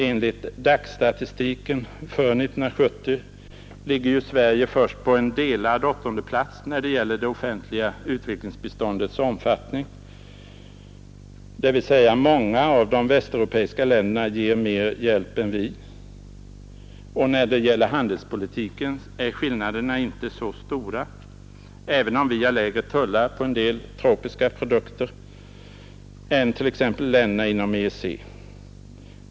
Enligt statistiken för 1970 ligger ju Sverige först på delad åttonde plats när det gäller det offentliga utvecklingsbiståndets omfattning. Det betyder att många av de västeuropeiska länderna ger mera hjälp än vi. När det gäller handelspolitiken är skillnaderna inte så stora, även om vi har lägre tullar på en del tropiska produkter än t.ex. länderna inom EEC.